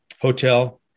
hotel